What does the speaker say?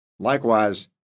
Likewise